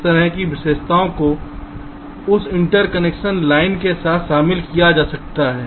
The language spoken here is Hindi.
इस तरह की विशेषताओं को उस इंटरकनेक्शन लाइन के साथ शामिल किया जा सकता है